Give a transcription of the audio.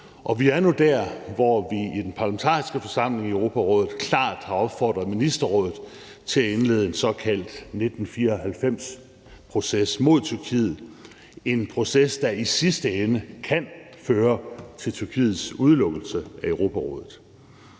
og vi er nu der, hvor vi i den parlamentariske forsamling i Europarådet klart har opfordret ministerrådet til at indlede en såkaldt 1994-proces mod Tyrkiet – en proces, der i sidste ende kan føre til Tyrkiets udelukkelse af Europarådet.